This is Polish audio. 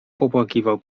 popłakiwał